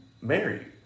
marry